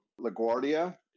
LaGuardia